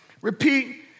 repeat